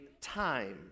time